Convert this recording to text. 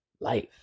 life